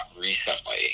recently